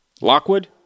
Lockwood